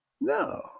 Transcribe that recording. No